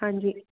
ਹਾਂਜੀ